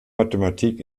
mathematik